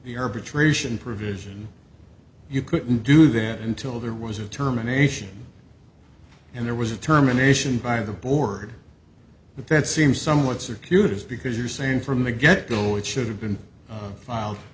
the arbitration provision you couldn't do that until there was a terminations and there was a terminations by the board but that seems somewhat circuitous because you're saying from the get go it should have been filed